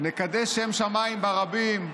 נקדש שם שמיים ברבים,